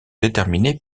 déterminées